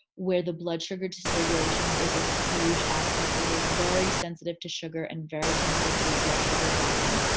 where the blood sugar dysregulation was a huge aspect. they were very sensitive to sugar and very sensitive to their blood sugar dropping.